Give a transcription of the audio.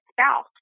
spouse